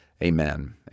Amen